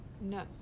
No